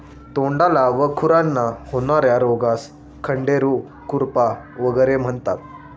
तोंडाला व खुरांना होणार्या रोगास खंडेरू, खुरपा वगैरे म्हणतात